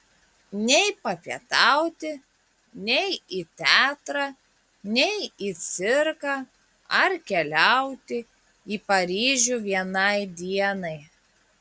nei papietauti nei į teatrą nei į cirką ar keliauti į paryžių vienai dienai